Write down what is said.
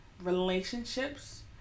Relationships